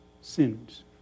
sins